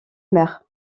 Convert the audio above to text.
mer